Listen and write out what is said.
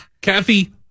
Kathy